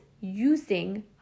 using